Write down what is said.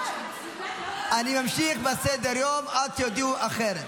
סלימאן, אינה נוכחת,